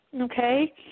okay